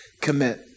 commit